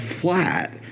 flat